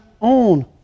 own